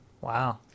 Wow